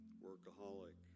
workaholic